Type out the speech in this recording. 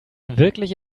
wirklich